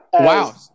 Wow